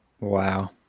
Wow